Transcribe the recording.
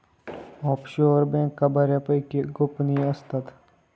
offshore बँका बऱ्यापैकी गोपनीय असतात